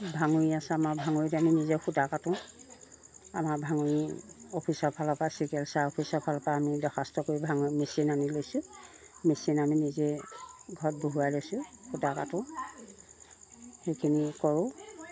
ভাঙৰি আছে আমাৰ ভাঙৰিত আমি নিজে সূতা কাটোঁ আমাৰ ভাঙৰি অফিচৰ ফালৰপৰা চিকেল ছাৰৰ অফিচৰ ফালৰপৰা আমি দৰ্খাস্ত কৰি ভাঙৰি মেচিন আনি লৈছোঁ মেচিন আমি নিজে ঘৰত বহুৱাই লৈছোঁ সূতা কাটোঁ সেইখিনি কৰোঁ